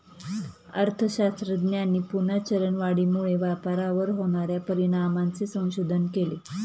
अर्थशास्त्रज्ञांनी पुन्हा चलनवाढीमुळे व्यापारावर होणार्या परिणामांचे संशोधन केले